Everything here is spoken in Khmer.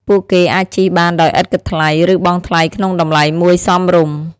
ពួកគេអាចជិះបានដោយឥតគិតថ្លៃ ឬបង់ថ្លៃក្នុងតម្លៃមួយសមរម្យ។